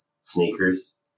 sneakers